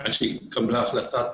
עד שהתקבלה החלטת